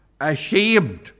ashamed